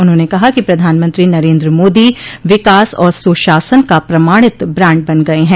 उन्होंने कहा कि प्रधानमंत्री नरेन्द्र मोदी विकास और सुशासन का प्रमाणित ब्रांड बन गये हैं